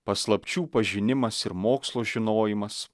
paslapčių pažinimas ir mokslo žinojimas